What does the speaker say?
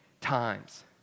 times